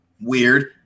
weird